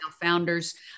founders